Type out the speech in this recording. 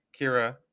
Kira